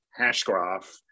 hashgraph